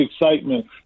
excitement